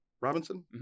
Robinson